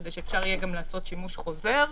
כדי שאפשר יהיה גם לעשות שימוש חוזר.